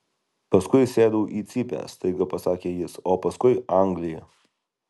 paskui sėdau į cypę staiga pasakė jis o paskui anglija